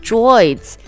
Droids